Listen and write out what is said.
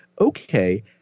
okay